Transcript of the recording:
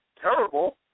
terrible